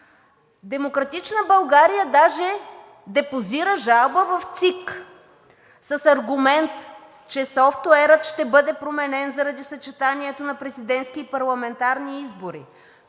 „Демократична България“ даже депозира жалба в ЦИК с аргумент, че софтуерът ще бъде променен заради съчетанието на президентски и парламентарни избори.